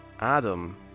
Adam